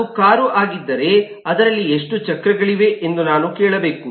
ಅದು ಕಾರು ಆಗಿದ್ದರೆ ಅದರಲ್ಲಿ ಎಷ್ಟು ಚಕ್ರಗಳಿವೆ ಎಂದು ನಾನು ಕೇಳಬೇಕು